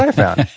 and found.